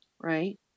right